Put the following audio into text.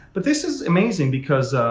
but this is amazing because